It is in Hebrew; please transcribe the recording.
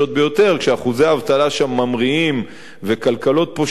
כשאחוזי האבטלה שם ממריאים וכלכלות פושטות רגל,